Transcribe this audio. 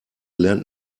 lernt